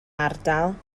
ardal